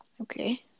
Okay